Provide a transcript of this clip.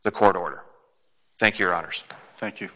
the court order thank your honour's thank you